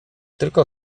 tylko